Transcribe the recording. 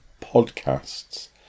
podcasts